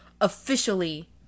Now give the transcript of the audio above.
officially